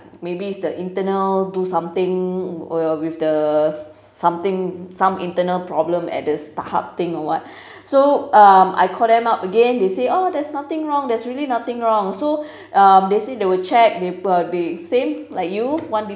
maybe it's the internal do something were with the something some internal problem at the starhub thing or what so um I call them up again they say oh there's nothing wrong there's really nothing wrong so uh they say they will check they they say the same like you one